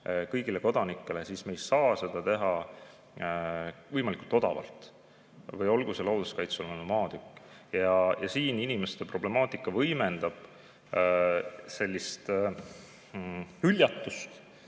kõigile kodanikele, siis me ei saa seda teha võimalikult odavalt. Või olgu see looduskaitsealune maatükk. Siin inimeste problemaatika võimendab sellist hüljatust